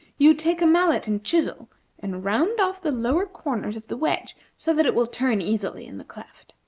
you take a mallet and chisel and round off the lower corners of the wedge, so that it will turn easily in the cleft.